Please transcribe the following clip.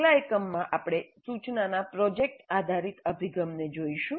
આગલા એકમમાં આપણે સૂચનાના પ્રોજેક્ટ આધારિત અભિગમને જોઈશું